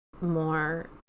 more